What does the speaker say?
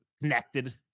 connected